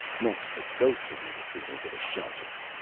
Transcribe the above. next the ghosts'll be retreatin' to the shelters.